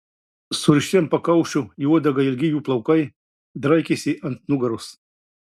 surišti ant pakaušio į uodegą ilgi jų plaukai draikėsi ant nugaros